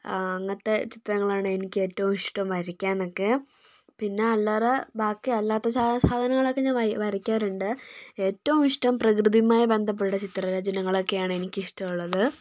അങ്ങനത്തെ ചിത്രങ്ങളാണ് എനിക്ക് ഏറ്റവും ഇഷ്ടം വരയ്ക്കാൻ ഒക്കെ പിന്നെ അല്ലാതെ ബാക്കി അല്ലാത്ത സാധനങ്ങളൊക്കെ ഞാൻ വരയ്ക്കാറുണ്ട് ഏറ്റവും ഇഷ്ടം പ്രകൃതിയുമായി ബന്ധപ്പെട്ട ചിത്രരചനകളൊക്കെയാണ് എനിക്ക് ഇഷ്ടമുള്ളത്